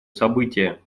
события